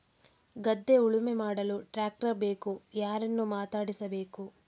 ಗದ್ಧೆ ಉಳುಮೆ ಮಾಡಲು ಟ್ರ್ಯಾಕ್ಟರ್ ಬೇಕು ಯಾರನ್ನು ಮಾತಾಡಿಸಬೇಕು?